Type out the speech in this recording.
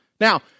Now